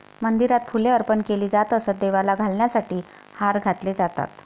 मंदिरात फुले अर्पण केली जात असत, देवाला घालण्यासाठी हार घातले जातात